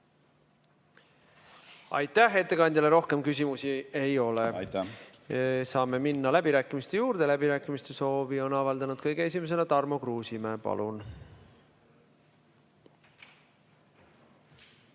Aitäh! Ettekandjale rohkem küsimusi ei ole. Saame minna läbirääkimiste juurde. Läbirääkimiste soovi on avaldanud kõige esimesena Tarmo Kruusimäe. Palun!